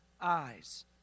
eyes